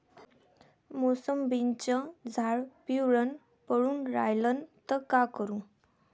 मोसंबीचं झाड पिवळं पडून रायलं त का करू?